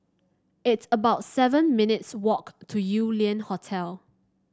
it's about seven minutes' walk to Yew Lian Hotel